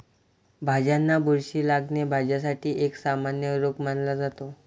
भाज्यांना बुरशी लागणे, भाज्यांसाठी एक सामान्य रोग मानला जातो